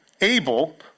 Abel